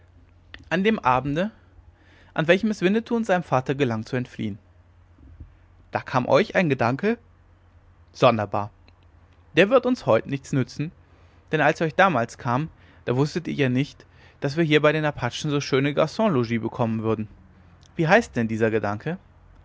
an dem abende an welchem es winnetou und seinem vater gelang zu entfliehen da kam euch ein gedanke sonderbar der wird uns heut nichts nützen denn als er euch damals kam da wußtet ihr ja nicht daß wir hier bei den apachen so schöne garonlogis bekommen würden wie heißt denn dieser gedanke